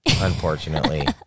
unfortunately